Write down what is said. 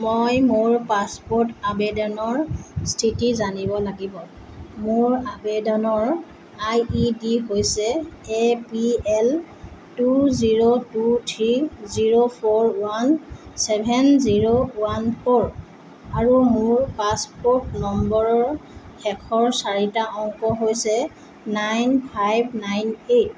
মই মোৰ পাছপ'ৰ্ট আবেদনৰ স্থিতি জানিব লাগিব মোৰ আবেদনৰ আইডিডি হৈছে A P L two zero two three zero four one seven zero one four আৰু মোৰ পাছপ'ৰ্ট নম্বৰৰ শেষৰ চাৰিটা অংক হৈছে নাইন ফাইভ নাইন এইট